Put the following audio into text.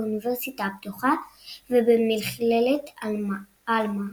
באוניברסיטה הפתוחה ובמכללת עלמא.